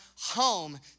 home